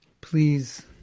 Please